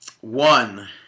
One